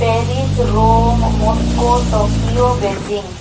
Paris Rome Moscow Tokyo Beijing